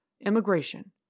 Immigration